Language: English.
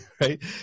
Right